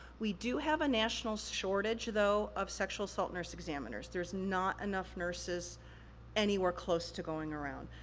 we do have a national shortage, though, of sexual assault nurse examiners. there's not enough nurses anywhere close to going around.